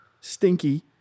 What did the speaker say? stinky